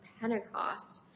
Pentecost